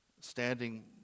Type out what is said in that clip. standing